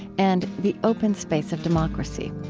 and the open space of democracy